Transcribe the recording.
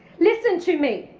listen to me,